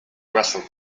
wrestled